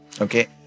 Okay